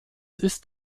ist